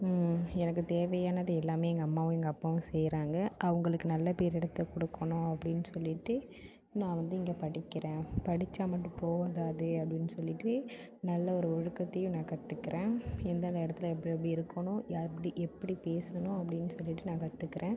எனக்கு தேவையானது எல்லாமே எங்கள் அம்மாவும் எங்கள் அப்பாவும் செய்கிறாங்க அவங்களுக்கு நல்ல பேரு எடுத்து கொடுக்கணும் அப்படின் சொல்லிவிட்டு நான் வந்து இங்கே படிக்கிறேன் படித்தா மட்டும் போதாது அப்படின் சொல்லிவிட்டு நல்ல ஒரு ஒழுக்கத்தையும் நான் கற்றுக்குறேன் எந்த நேரத்தில் எப்படி எப்படி இருக்கணும் யார் எப்படி எப்படி பேசணும் அப்படின் சொல்லிவிட்டு நான் கற்றுக்குறேன்